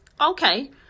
okay